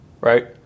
right